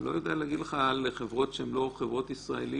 אני לא יודע להגיד לך על חברות שהן לא חברות ישראליות,